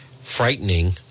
frightening